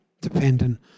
dependent